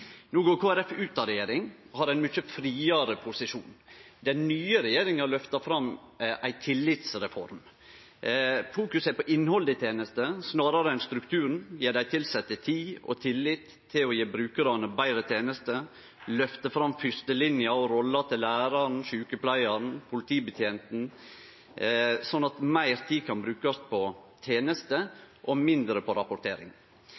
No er Kristeleg Folkeparti ute av regjering og har ein mykje friare posisjon. Den nye regjeringa løftar fram ei tillitsreform. Fokuset er på innhaldet i tenesta, snarare enn på strukturen, å gje dei tilsette tid og tillit til å gje brukarane betre tenester og å lyfte fram fyrstelinja og rolla til læraren, sjukepleiaren og politibetjenten, slik at meir tid kan brukast på teneste og mindre på rapportering.